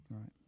Right